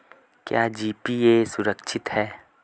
क्या जी.पी.ए सुरक्षित है?